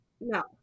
No